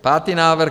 Pátý návrh.